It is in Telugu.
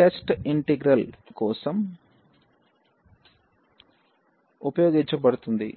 టెస్ట్ ఇంటిగ్రల్ కోసం ఉపయోగించబడుతుంది